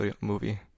movie